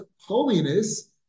holiness